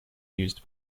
used